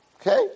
okay